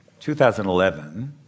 2011